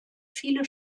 viele